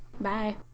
Bye